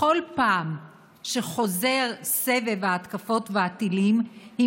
בכל פעם שחוזר סבב ההתקפות והטילים היא